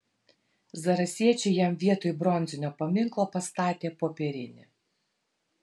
zarasiečiai jam vietoj bronzinio paminklo pastatė popierinį